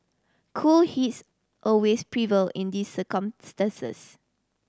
cool heads always prevail in these circumstances